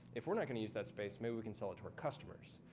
if we're not going to use that space, maybe we can sell it to our customers.